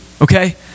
okay